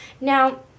now